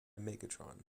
megatron